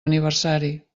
aniversari